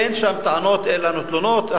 אין שם טענות, אין לנו תלונות.